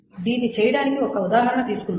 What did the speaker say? దీన్ని చేయడానికి ఒక ఉదాహరణ తీసుకుందాం